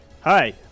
Hi